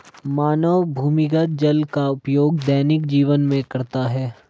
मानव भूमिगत जल का उपयोग दैनिक जीवन में करता है